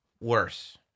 worse